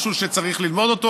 זה משהו שצריך ללמוד,